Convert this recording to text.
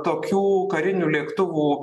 tokių karinių lėktuvų